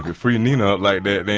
free nina up like that, man,